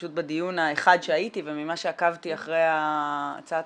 פשוט בדיון האחד שהייתי וממה שעקבתי אחרי הצעת